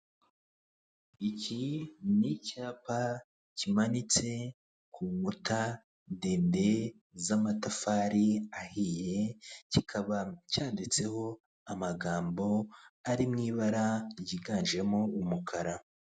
Iki ni icyapa kimanitse ku nkuta ndende z'amatafari ahiye kikaba cyanditseho amagambo ari mu ibara ryiganjemo umukara.